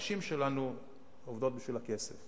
הנשים שלנו עובדות בשביל הכסף.